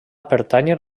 pertànyer